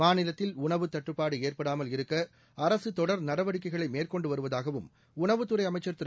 மாநிலத்தில் உணவு தட்டுப்பாடு ஏற்படாமல் இருக்க அரசு தொடர் நடவடிக்கைகளை மேற்கொண்டு வருவதாகவும் உணவுத்துறை அமைச்சர் திரு